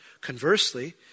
conversely